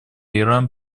иран